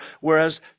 whereas